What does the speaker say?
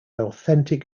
authentic